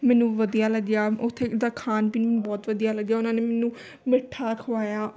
ਮੈਨੂੰ ਵਧੀਆ ਲੱਗਿਆ ਉੱਥੇ ਦਾ ਖਾਣ ਪੀਣ ਬਹੁਤ ਵਧੀਆ ਲੱਗਿਆ ਉਹਨਾਂ ਨੇ ਮੈਨੂੰ ਮਿੱਠਾ ਖਵਾਇਆ